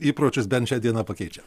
įpročius bent šią dieną pakeičia